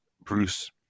Bruce